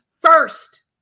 first